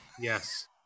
Yes